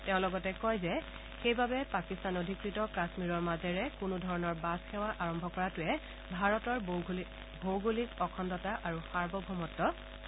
তেওঁ লগতে কয় যে সেইবাবে পাক অধিকৃত কাশ্মীৰৰ মাজেৰে কোনোধৰণৰ বাছসেৱা আৰম্ভ কৰাটোৱে ভাৰতৰ ভৌগলিক অখণ্ডতা আৰু সাৰ্বভৌমত্ কৰাটো বুজাব